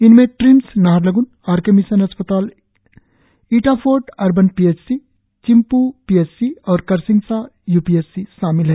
इनमें TRIMS Naharlagun R K mission अस्पताल Itafort urban P H C Chimpu P H C और Karsingsa U P S C शामिल है